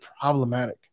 problematic